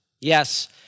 Yes